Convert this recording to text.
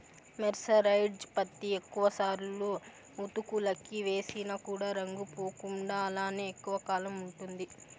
mercerised పత్తి ఎక్కువ సార్లు ఉతుకులకి వేసిన కూడా రంగు పోకుండా అలానే ఎక్కువ కాలం ఉంటుంది